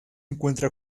encuentra